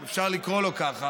אם אפשר לקרוא לו ככה,